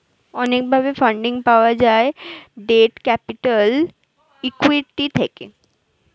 অনেক ভাবে ফান্ডিং পাওয়া যায় ডেট ক্যাপিটাল, ইক্যুইটি থেকে